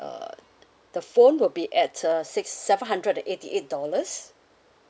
err the phone will be at uh six seven hundred and eighty eight dollars